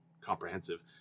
comprehensive